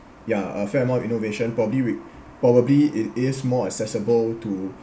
ya a fair amount of innovation probably with probably it is more accessible to